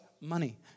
money